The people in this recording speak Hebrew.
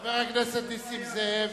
חבר הכנסת נסים זאב,